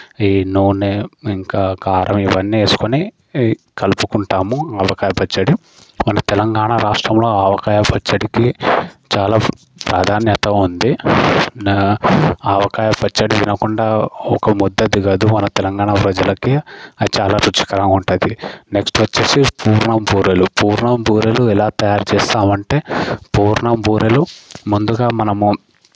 ఈ నూనె ఇంకా కారం ఇవన్నీ వేసుకొని కలుపుకుంటాము ఆవకాయ పచ్చడి మన తెలంగాణ రాష్ట్రంలో ఆవకాయ పచ్చడికి చాలా ప్రాధాన్యత ఉంది నా ఆవకాయ పచ్చడి తినకుండా ఒక ముద్ద దిగదు మన తెలంగాణ ప్రజలకి అది చాలా రుచికరంగా ఉంటుంది నెక్స్ట్ వచ్చేసి పూర్ణం బూరెలు పూర్ణం బూరెలు ఎలా తయారు చేసుకోవాలి అంటే పూర్ణం బూరెలు ముందుగా మనము